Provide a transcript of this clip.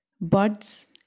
buds